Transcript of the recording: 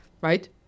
right